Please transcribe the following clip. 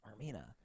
Armina